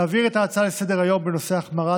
להעביר את ההצעה לסדר-היום בנושא החמרת